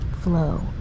flow